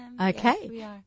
Okay